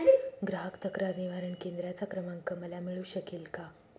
ग्राहक तक्रार निवारण केंद्राचा क्रमांक मला मिळू शकेल का?